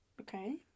Okay